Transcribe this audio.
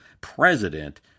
president